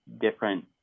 different